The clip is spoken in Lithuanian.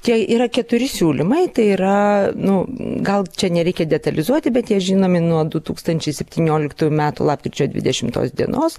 tai yra keturi siūlymai tai yra nu gal čia nereikia detalizuoti bet jie žinomi nuo du tūkstančiai septynioliktųjų metų lapkričio dvidešimtos dienos